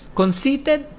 conceited